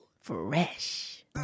Fresh